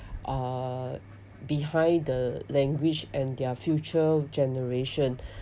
uh behind the language and their future generation